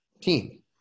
team